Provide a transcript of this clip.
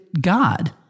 God